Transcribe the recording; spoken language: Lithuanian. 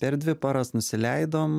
per dvi paras nusileidom